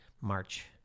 March